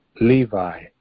Levi